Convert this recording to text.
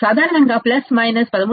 సాధారణంగా plus minus 13